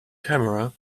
camera